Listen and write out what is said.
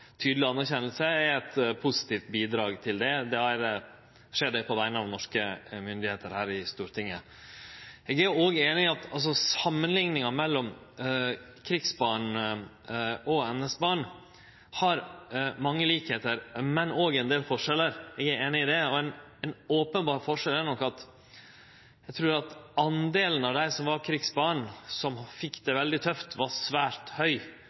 tydeleg anerkjenning, er eit positivt bidrag til det. Då skjer det på vegner av norske myndigheiter her i Stortinget. Eg er òg einig i at når ein samanliknar krigsbarna og NS-barn, har dei mange likskapar, men òg ein del forskjellar. Eg er einig i det. Ein openberr forskjell er nok, trur eg, at talet på dei som var krigsbarn, som fekk det veldig tøft, var svært